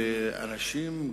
ואנשים,